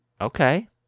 Okay